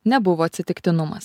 nebuvo atsitiktinumas